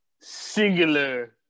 singular